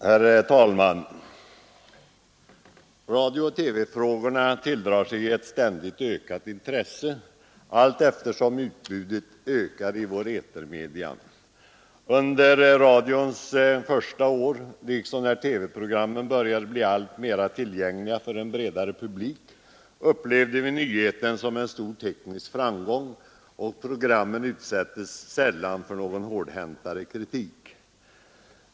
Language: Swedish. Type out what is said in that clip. Herr talman! Radiooch TV-frågorna tilldrar sig ett ständigt ökat intresse allteftersom utbudet ökar i våra etermedia. Under radions första år liksom när TV-programmen började bli alltmer tillgängliga för en bredare publik upplevde vi dessa nyheter som stora tekniska framgångar, och programmen utsattes sällan för någon hårdhäntare kritik.